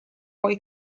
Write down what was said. puoi